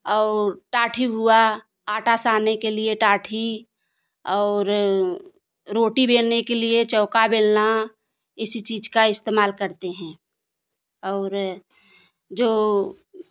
और टाठी हुआ आटा सानने के लिए टाठी और रोटी बेलने के लिए चौका बेलना इसी चीज का इस्तेमाल करते है और जो